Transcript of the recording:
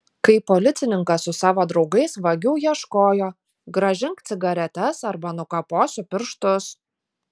kaip policininkas su savo draugais vagių ieškojo grąžink cigaretes arba nukaposiu pirštus